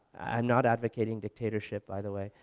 i'm not advocating dictatorship by the way,